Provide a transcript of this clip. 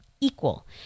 equal